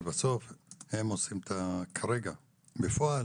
בסוף הם עושים כרגע, בפועל